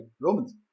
Romans